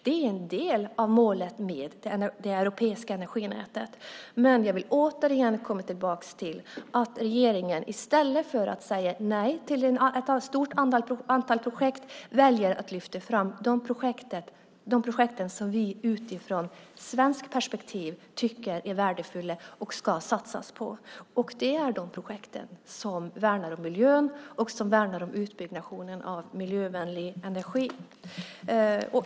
Det är en del av målet med det europeiska energinätet. Jag vill dock återkomma till att regeringen i stället för att säga nej till ett stort antal projekt väljer att lyfta fram de projekt som vi utifrån svenskt perspektiv tycker är värdefulla och ska satsas på. Det är de projekt som värnar om miljön och om utbyggnaden av miljövänlig energi.